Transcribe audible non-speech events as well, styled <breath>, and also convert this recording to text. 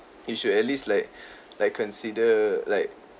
you should at least like <breath> like consider like